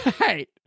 Right